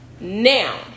Now